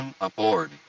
aboard